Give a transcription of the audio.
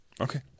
Okay